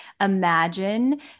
imagine